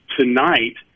tonight